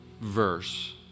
verse